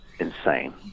Insane